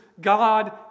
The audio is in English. God